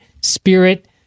spirit